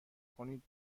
کنید